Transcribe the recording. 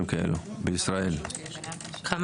כאלה יש בישראל בשוק?